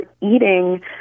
eating